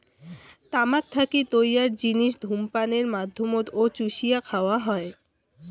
তামাক থাকি তৈয়ার জিনিস ধূমপানের মাধ্যমত ও চুষিয়া খাওয়া হয়